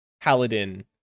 paladin